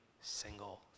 single